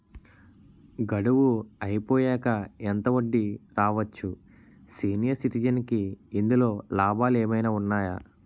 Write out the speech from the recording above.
గడువు అయిపోయాక ఎంత వడ్డీ రావచ్చు? సీనియర్ సిటిజెన్ కి ఇందులో లాభాలు ఏమైనా ఉన్నాయా?